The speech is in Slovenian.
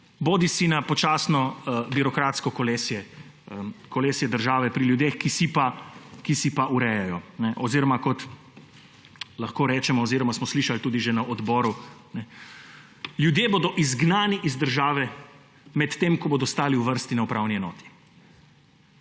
bodisi na počasno birokratsko kolesje države pri ljudeh, ki si urejajo oziroma kot smo slišali tudi že na odboru, da ljudje bodo izgnani iz države, medtem ko bodo stali v vrsti na upravni enoti.